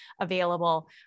available